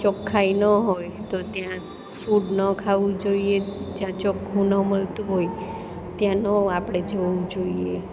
ચોખ્ખાઈ ન હોય તો ત્યાં ફૂડ ન ખાવું જોઈએ જ્યાં ચોખ્ખું ન મળતું હોય ત્યાં ન આપણે જવું જોઈએ